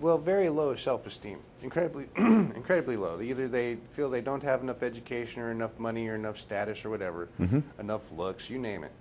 will very low self esteem incredibly incredibly low either they feel they don't have enough education or enough money or enough status or whatever enough looks you name it